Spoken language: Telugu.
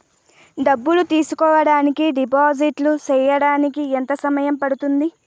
డబ్బులు తీసుకోడానికి డిపాజిట్లు సేయడానికి ఎంత సమయం పడ్తుంది